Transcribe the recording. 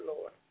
Lord